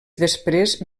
després